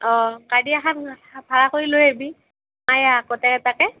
অঁ গাড়ী এখন ভাড়া কৰি লৈ আহিবি মায়েৰাক গোটেইকেইটাকে